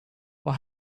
what